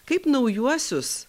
kaip naujuosius